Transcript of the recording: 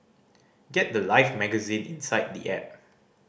get the life magazine inside the app